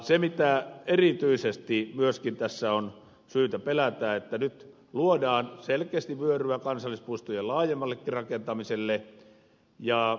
mitä erityisesti myöskin tässä on syytä pelätä on se että nyt luodaan selkeästi vyöryä kansallispuistojen laajemmallekin rakentamiselle